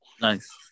Nice